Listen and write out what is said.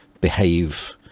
behave